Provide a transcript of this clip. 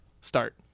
start